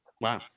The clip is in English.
Wow